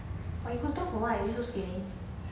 but you contour for what you look so skinny